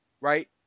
right